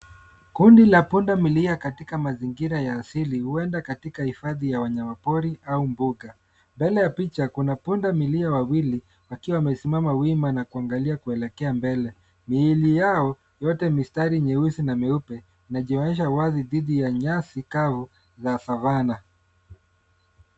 Kundi la punda milia katika mazingira ya asili, huenda katika hifadhi ya wanyamapori au pori. Katikati ya picha, kuna punda milia wawili wamesimama wima wakitazama kuelekea mbele. Miili yao yenye mistari nyeusi na meupe inaonekana wazi dhidi ya nyasi kavu za savana.